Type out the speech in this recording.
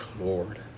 Lord